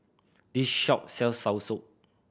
this shop sells soursop